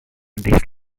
this